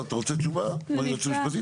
אתה רוצה תשובה מהיועץ המשפטי?